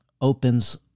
opens